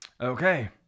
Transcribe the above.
Okay